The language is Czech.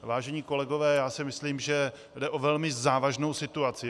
Vážení kolegové, já si myslím, že jde o velmi závažnou situaci.